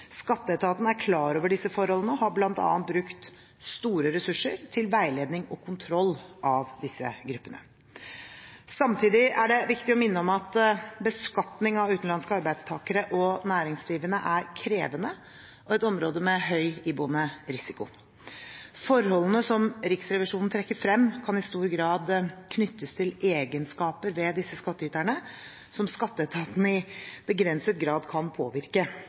Skatteetaten er klar over disse forholdene og har bl.a. brukt store ressurser til veiledning og kontroll av disse gruppene. Samtidig er det viktig å minne om at beskatning av utenlandske arbeidstakere og næringsdrivende er krevende og et område med høy iboende risiko. Forholdene som Riksrevisjonen trekker frem, kan i stor grad knyttes til egenskaper ved disse skattyterne, som skatteetaten i begrenset grad kan påvirke,